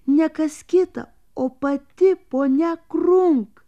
ne kas kita o pati ponia krunk